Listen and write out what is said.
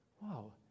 wow